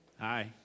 Hi